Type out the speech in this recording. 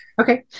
Okay